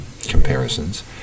comparisons